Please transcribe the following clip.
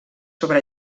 sobre